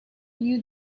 knew